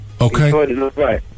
Okay